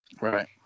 Right